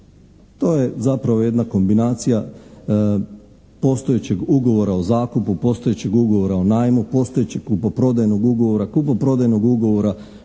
To je zapravo jedna kombinacija postojećeg ugovora o zakupu, postojećeg ugovora o najmu, postojećeg kupoprodajnog ugovora, kupoprodajnog ugovora